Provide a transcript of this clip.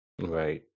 Right